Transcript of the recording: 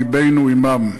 לבנו עמן,